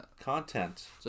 Content